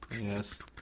Yes